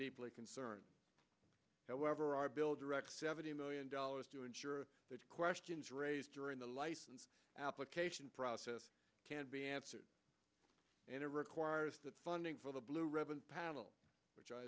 deeply concerned however our bill directs seventy million dollars to ensure the questions raised during the license application process can be answered in a required funding for the blue ribbon panel which i